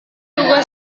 juga